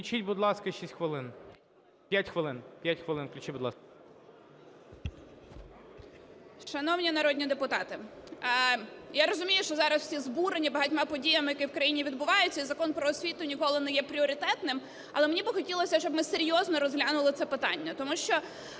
Шановні народні депутати! Я розумію, що зараз всі збурені багатьма подіями, які в країні відбуваються, і Закон "Про освіту" ніколи не є пріоритетним. Але мені би хотілося, щоб ми серйозно розглянули це питання,